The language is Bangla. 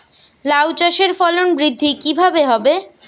লাউ চাষের ফলন বৃদ্ধি কিভাবে হবে?